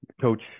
coach